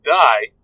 die